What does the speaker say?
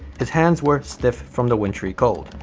his hands were stiff from the wintry cold.